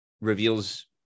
reveals